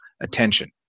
attention